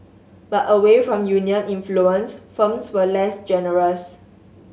but away from union influence firms were less generous